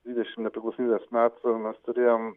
dvidešim nepriklausomybės metų mes turėjom